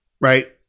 right